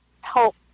help